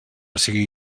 sigui